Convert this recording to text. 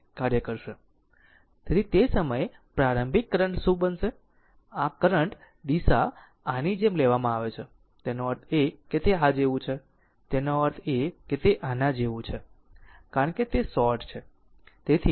તેથી તે સમયે પ્રારંભિક કરંટ શું બનશે આ કરંટ દિશા આની જેમ લેવામાં આવે છે તેનો અર્થ એ કે તે આ જેવું છે તેનો અર્થ એ કે તે આના જેવું છે કારણ કે તે શોર્ટ છે